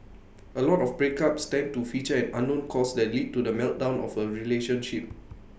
A lot of breakups tend to feature an unknown cause that lead to the meltdown of A relationship